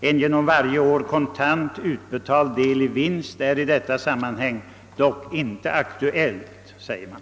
En varje år kontant utbetald andel i vinst till de anställda är i detta sammanhang dock inte aktuell, säger man.